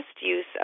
use